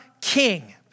king